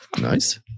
Nice